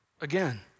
again